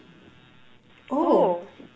oh